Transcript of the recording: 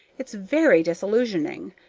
it's very disillusionizing.